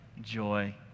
joy